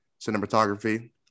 cinematography